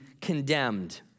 condemned